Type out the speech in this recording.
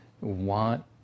want